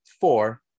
four